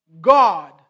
God